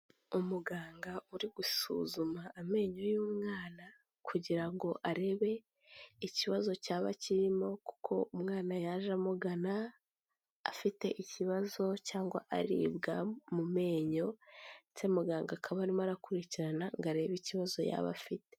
Umuganga uri gusuzuma amenyo y'umwana kugira ngo arebe ikibazo cyaba kirimo kuko umwana yaje amugana afite ikibazo cyangwa aribwa mu menyo ndetse muganga akaba arimo arakurikirana ngo arebe ikibazo yaba afite.